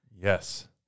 Yes